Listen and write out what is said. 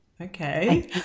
Okay